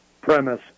premise